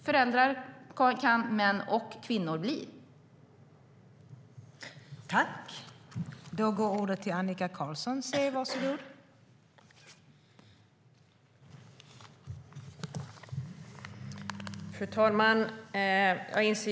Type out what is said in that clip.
Föräldrar kan män och kvinnor bli.